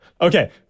Okay